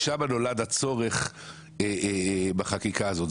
משם נולד הצורך בחקיקה הזאת.